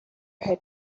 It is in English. had